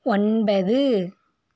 ஒன்பது